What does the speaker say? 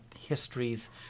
histories